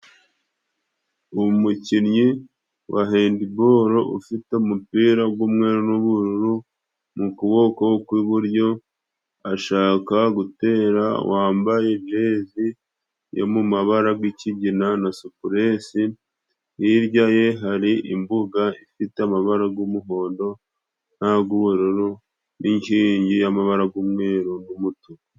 Umukinnyi wa hendibolo ufite umupira g'umweru n'ubururu , mu kuboko kw'iburyo ashaka gutera wambaye jezi ya mu mabara g'ikigina na supuresi hirya ye hari imbuga ifite amabara y'umuhondo na'ubururu n'inkingi y'amabara g'umweru n'umutuku.